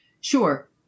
Sure